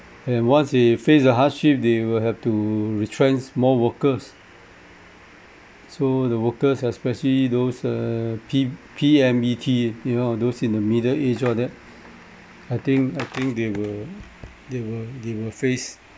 and once they face a hardship they will help to retrench more workers so the workers especially those uh P P_M_E_T you know those in the middle age all that I think I think they will they will they will face